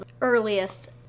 earliest